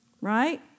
Right